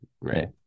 right